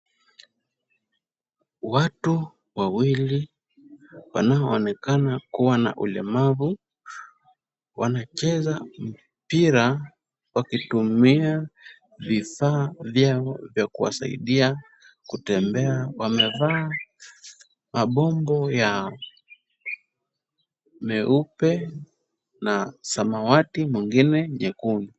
Watu wawili wanaoonekana kuwa na ulemavu, wanacheza mpira kwa kutumia vifaa vyao vya kuwasaidia kutembea. Wamevaa mabombo meupe na ya samawati wengine mekundu.